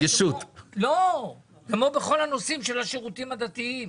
כמו בכל הנושאים של השירותים הדתיים,